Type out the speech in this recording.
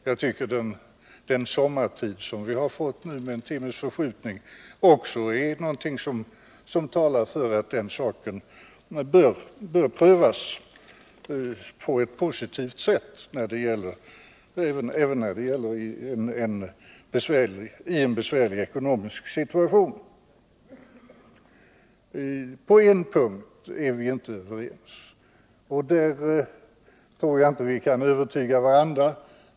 Jag tycker att den sommartid som vi har fått nu, med en timmes förskjutning, också är någonting som talar för att den här saken bör prövas på ett positivt sätt även i en besvärlig ekonomisk situation. På en punkt är vi inte överens, och där tror jag inte att vi kan övertyga varandra.